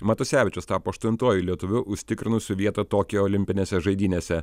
matusevičius tapo aštuntuoju lietuviu užsitikrinusiu vietą tokijo olimpinėse žaidynėse